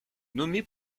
nommée